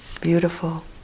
beautiful